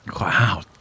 Wow